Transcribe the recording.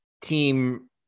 team